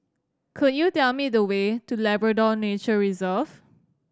could you tell me the way to Labrador Nature Reserve